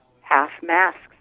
half-masks